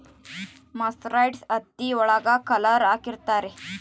mercerised ಹತ್ತಿ ಒಳಗ colour ಹಾಕುತ್ತಾರೆ